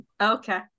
Okay